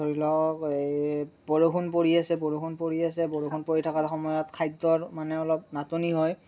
ধৰি লওক এই বৰষুণ পৰি আছে বৰষুণ পৰি আছে বৰষুণ পৰি থকাৰ সময়ত খাদ্যৰ মানে অলপ নাটনি হয়